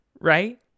right